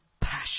passion